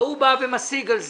ההוא בא ומשיג על זה,